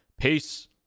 Peace